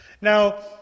Now